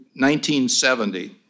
1970